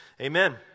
Amen